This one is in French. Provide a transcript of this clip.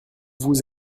vous